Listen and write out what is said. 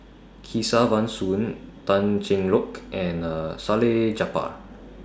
Kesavan Soon Tan Cheng Lock and Salleh Japar